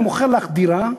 אני מוכר לך דירה,